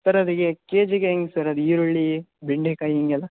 sir ಅದಕ್ಕೆ ಕೆ ಜಿಗೆ ಹೆಂಗ್ ಸರ್ ಅದು ಈರುಳ್ಳಿ ಬೆಂಡೆಕಾಯಿ ಹೀಗೆಲ್ಲ